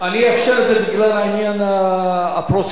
אפשר לדחות את ההצבעה?